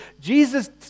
Jesus